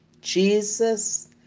Jesus